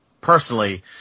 personally